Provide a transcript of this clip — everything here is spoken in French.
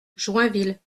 joinville